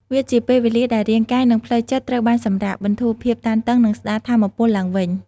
វាជាពេលវេលាដែលរាងកាយ និងផ្លូវចិត្តត្រូវបានសម្រាក បន្ធូរភាពតានតឹង និងស្តារថាមពលឡើងវិញ។